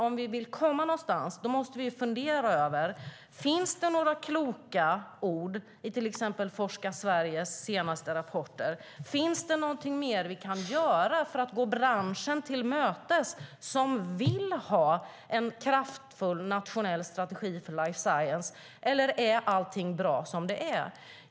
Om vi vill komma någonstans måste vi fundera över om det finns några kloka ord i till exempel Forska! Sveriges senaste rapporter. Finns det något mer vi kan göra för att gå branschen till mötes, som vill ha en kraftfull nationell strategi, eller är allt bra som det är?